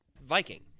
Viking